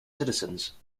citizens